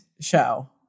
show